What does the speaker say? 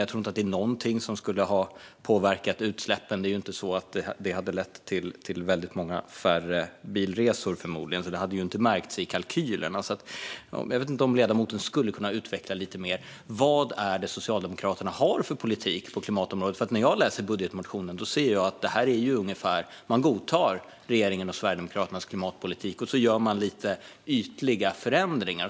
Jag tror inte att det är någonting som skulle ha påverkat utsläppen. Det hade förmodligen inte lett till så väldigt många färre bilresor, så det hade inte märkts i kalkylen. Jag vet inte om ledamoten skulle kunna utveckla lite mer vad Socialdemokraterna har för politik på klimatområdet. När jag läser budgetmotionen ser jag ungefär att man godtar regeringens och Sverigedemokraternas klimatpolitik och gör lite ytliga förändringar.